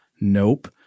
Nope